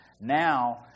Now